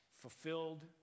fulfilled